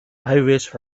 highways